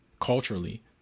culturally